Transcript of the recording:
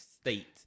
state